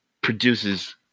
produces